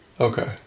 Okay